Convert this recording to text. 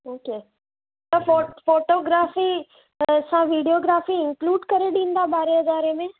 okay त फ़ो photography असां विडियोग्राफ़ी इंक्लूड करे ॾींदा ॿारहें हज़ारें में